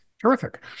Terrific